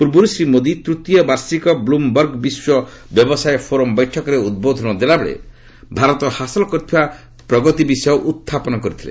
ପୂର୍ବରୁ ଶ୍ରୀ ମୋଦି ତୂତୀୟ ବାର୍ଷିକ ବ୍ଲମ୍ବର୍ଗ ବିଶ୍ୱ ବ୍ୟବସାୟ ଫୋରମ୍ ବୈଠକରେ ଉଦ୍ବୋଧନ ଦେଲାବେଳେ ଭାରତ ହାସଲ କରିଥିବା ପ୍ରଗଦତି ବିଷୟ ଉତ୍ଥାପନ କରିଥିଲେ